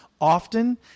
often